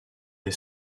est